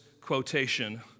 quotation